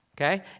okay